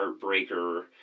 heartbreaker